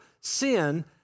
sin